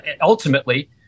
ultimately